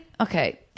Okay